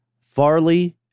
Farley